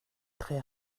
très